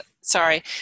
Sorry